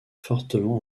fortement